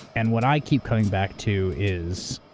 and what i keep coming back to is,